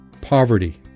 poverty